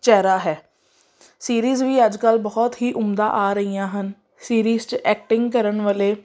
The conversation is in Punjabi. ਚਿਹਰਾ ਹੈ ਸੀਰੀਜ਼ ਵੀ ਅੱਜ ਕੱਲ੍ਹ ਬਹੁਤ ਹੀ ਉਮਦਾ ਆ ਰਹੀਆਂ ਹਨ ਸੀਰੀਜ਼ 'ਚ ਐਕਟਿੰਗ ਕਰਨ ਵਾਲੇ